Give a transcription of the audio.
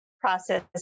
process